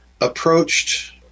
approached